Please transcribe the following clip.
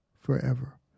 forever